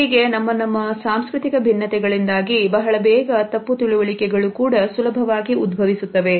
ಹೀಗೆ ನಮ್ಮ ನಮ್ಮ ಸಾಂಸ್ಕೃತಿಕ ಭಿನ್ನತೆಗಳಿಂದ ಆಗಿ ಬಹಳ ಬೇಗ ತಪ್ಪು ತಿಳುವಳಿಕೆಗಳು ಕೂಡ ಸುಲಭವಾಗಿ ಉದ್ಭವಿಸುತ್ತವೆ